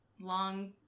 Long